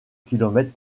kilomètres